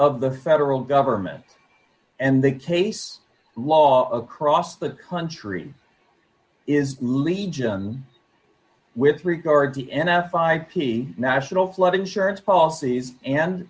of the federal government and the case law across the country is legion with regard to the n f ip national flood insurance policies and